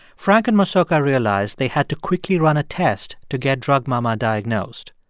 frank and mosoka realized they had to quickly run a test to get drug mama diagnosed,